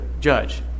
judge